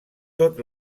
tot